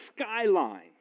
skyline